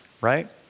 right